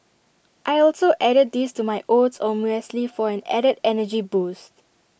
I also added these to my oats or muesli for an added energy boost